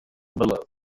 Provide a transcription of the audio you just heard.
below